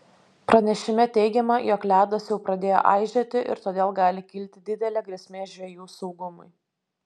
pranešime teigiama jog ledas jau pradėjo aižėti ir todėl gali kilti didelė grėsmė žvejų saugumui